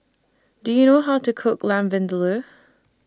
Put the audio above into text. Do YOU know How to Cook Lamb Vindaloo